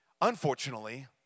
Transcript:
Unfortunately